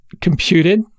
computed